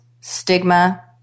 stigma